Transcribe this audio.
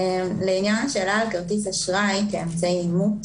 לעניין שאלה על כרטיס אשראי כאמצעי אימות